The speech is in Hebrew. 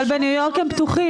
אבל בניו יורק הם פתוחים.